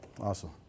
Awesome